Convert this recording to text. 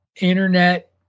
internet